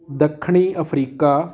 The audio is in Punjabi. ਦੱਖਣੀ ਅਫਰੀਕਾ